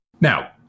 Now